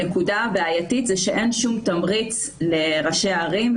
הנקודה הבעייתית היא שאין שום תמריץ לראשי הערים,